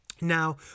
now